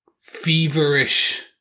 feverish